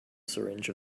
syringe